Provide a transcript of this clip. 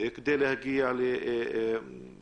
כדי להגיע לשקט